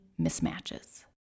mismatches